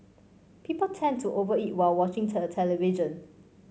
people tend to over eat while watching the television